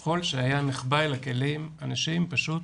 שכול שהיה נחבא אל הכלים אנשים פשוט